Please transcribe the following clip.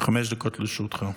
חמש דקות לרשותך.